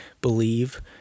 believe